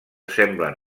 semblen